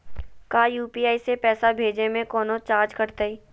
का यू.पी.आई से पैसा भेजे में कौनो चार्ज कटतई?